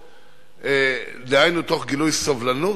דהיינו תוך גילוי סובלנות.